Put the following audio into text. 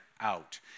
out